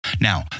Now